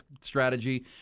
strategy